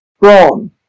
wrong